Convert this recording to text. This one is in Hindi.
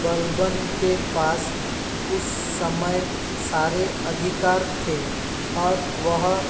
बलबन के पास उस समय सारे अधिकार थे और वह